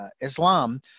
Islam